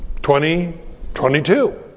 2022